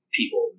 people